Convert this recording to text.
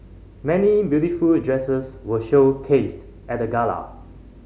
many beautiful dresses were showcased at the gala